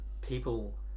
people